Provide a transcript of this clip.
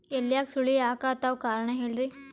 ಎಲ್ಯಾಗ ಸುಳಿ ಯಾಕಾತ್ತಾವ ಕಾರಣ ಹೇಳ್ರಿ?